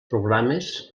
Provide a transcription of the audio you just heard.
programes